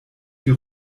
die